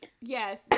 Yes